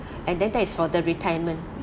and then that is for the retirement